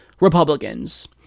Republicans